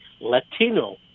Latino